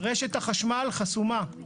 רשת החשמל חסומה.